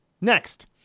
next